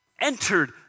entered